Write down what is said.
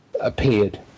appeared